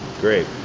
Great